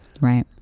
right